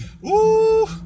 Woo